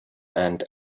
and